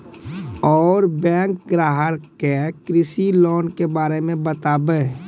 और बैंक ग्राहक के कृषि लोन के बारे मे बातेबे?